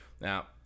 Now